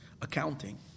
accounting